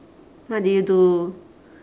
what do you do